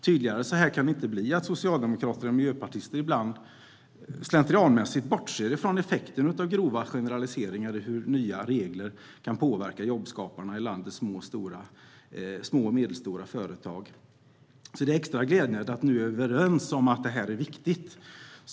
Tydligare än så här blir det inte att socialdemokrater och miljöpartister ibland slentrianmässigt bortser från effekten av grova generaliseringar om hur nya regler kan påverka jobbskaparna i landets små och medelstora företag. Det är därför extra glädjande att vi nu är överens om att detta är viktigt.